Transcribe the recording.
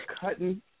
cutting